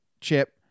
chip